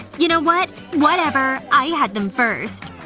you know what? whatever. i had them first